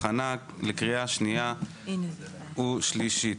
הכנה לקריאה שנייה ושלישית.